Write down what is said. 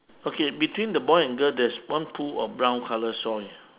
okay between the boy and girl there's one pool of brown colour soil